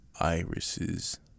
irises